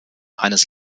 eines